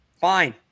fine